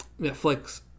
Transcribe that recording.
Netflix